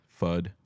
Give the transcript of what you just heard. Fud